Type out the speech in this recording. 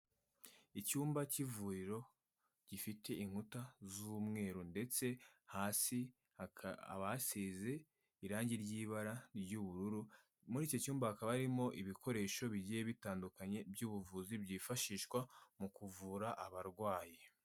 Icyumba cy'ivuriro gifite inkuta z'umweru ndetse hasi hakaba hasize irangi ry'ibara ry'ubururu, muri iki cyumba hakaba harimo ibikoresho bigiye bitandukanye by'ubuvuzi byifashishwa mu kuvura abarwayi.